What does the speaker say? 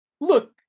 Look